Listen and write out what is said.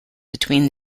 between